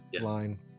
line